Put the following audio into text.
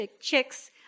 chicks